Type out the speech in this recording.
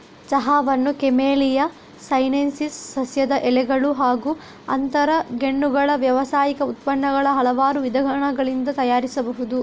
ಚಹಾವನ್ನು camellia sinensis ಸಸ್ಯದ ಎಲೆಗಳು ಹಾಗೂ ಅಂತರಗೆಣ್ಣುಗಳ ವ್ಯಾವಸಾಯಿಕ ಉತ್ಪನ್ನಗಳ ಹಲವಾರು ವಿಧಾನಗಳಿಂದ ತಯಾರಿಸಬಹುದು